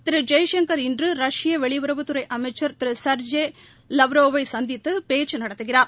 திரு ஜெய்சங்கர் இன்று ரஷ்ப வெளியுறவுத்துறை அமைச்சர் திரு சென்ஜி லவ்ரோ வை சந்தித்து பேச்சு நடத்துகிறார்